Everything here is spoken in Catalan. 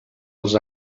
els